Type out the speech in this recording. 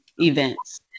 events